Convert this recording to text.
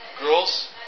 Girls